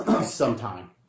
sometime